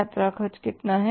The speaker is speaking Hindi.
यात्रा खर्च कितना है